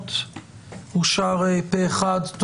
התקנות אושרו פה אחד.